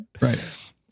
right